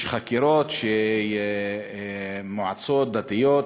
יש חקירות, שמועצות דתיות,